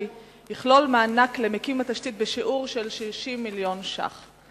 יכלול מענק למקים התשתית בשיעור 60 מיליון ש"ח.